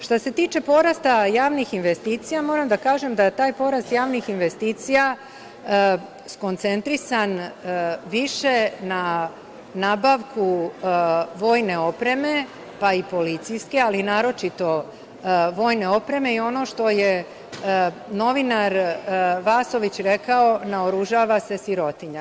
Što se tiče porasta javnih investicija, ja moram da kažem da je taj porast javnih investicija skoncentrisan više na nabavku vojne opreme, pa i policijske, ali naročito vojne opreme i ono što je novinar Vasović rekao - naoružava se sirotinja.